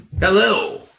Hello